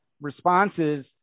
responses